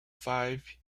five